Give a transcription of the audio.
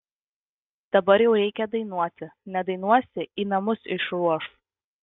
dabar jau reikia dainuoti nedainuosi į namus išruoš